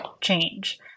change